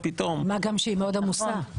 מה גם שהיא מאוד עמוסה.